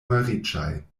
malriĉaj